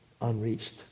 unreached